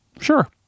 sure